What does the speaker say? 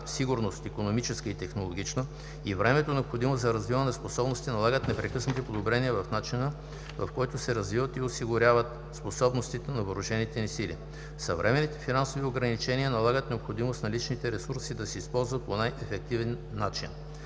(сигурност, икономическа и технологична) и времето, необходимо за развиване на способности, налагат непрекъснати подобрения в начина, по който се развиват и осигуряват способностите на Въоръжените сили. Съвременните финансови ограничения налагат необходимост наличните ресурси да се използват по най-ефективния начин.